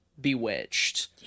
bewitched